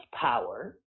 power